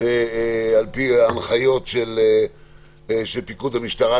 על פי ההנחיות של פיקוד המשטרה,